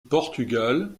portugal